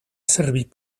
servir